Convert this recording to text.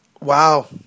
Wow